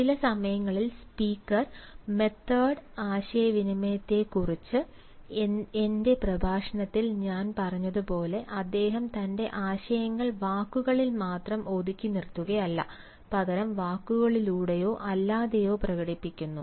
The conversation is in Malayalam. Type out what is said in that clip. ചില സമയങ്ങളിൽ സ്പീക്കർ മെതഡ് ആശയവിനിമയത്തെക്കുറിച്ചുള്ള എന്റെ പ്രഭാഷണത്തിൽ ഞാൻ പറഞ്ഞതുപോലെ അദ്ദേഹം തന്റെ ആശയങ്ങൾ വാക്കുകളിൽ മാത്രം ഒതുക്കി നിർത്തുകയല്ല പകരം വാക്കുകളിലൂടെയോ അല്ലാതെയോ പ്രകടിപ്പിക്കുന്നു